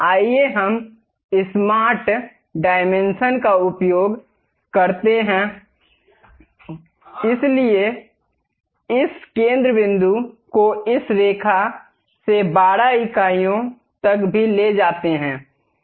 आइए हम स्मार्ट परिमाप का उपयोग करते हैं इस केंद्र बिंदु को इस रेखा से 12 इकाइयों तक भी ले जाते हैं